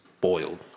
boiled